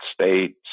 states